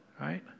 Right